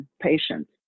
patients